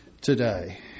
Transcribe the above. today